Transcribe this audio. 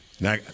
Now